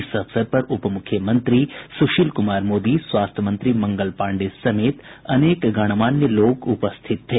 इस अवसर पर उपमुख्यमंत्री सुशील कुमार मोदी स्वास्थ्य मंत्री मंगल पांडेय समेत अनेक गणमान्य लोग उपस्थित थे